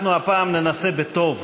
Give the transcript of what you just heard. אנחנו הפעם ננסה בטוב,